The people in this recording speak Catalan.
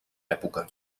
època